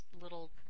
little